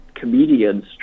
comedians